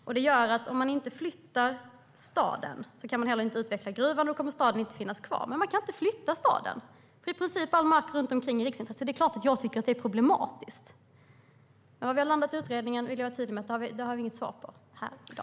Om inte staden flyttas kan inte heller gruvan utvecklas. Då kommer staden inte att finnas kvar. Men det går inte att flytta staden eftersom i princip all mark runt omkring är av riksintresse. Det är klart att jag tycker att det är problematiskt. När vi väl vet vad utredningen har landat i vet vi mer, men vi har inget svar i dag.